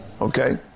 Okay